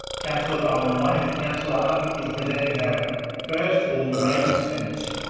councillors, i will remind you that councillor hutton is presenting her first, or maiden, speech.